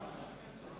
רק